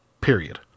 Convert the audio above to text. period